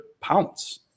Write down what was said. pounce